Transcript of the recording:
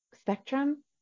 spectrum